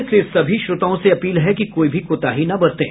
इसलिए सभी श्रोताओं से अपील है कि कोई भी कोताही न बरतें